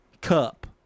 Cup